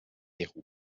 nehru